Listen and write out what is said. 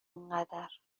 اینقدر